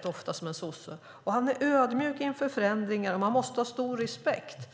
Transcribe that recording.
låta som en sosse. Han är ödmjuk inför förändringar och säger att man måste ha stor respekt.